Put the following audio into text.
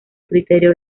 criterio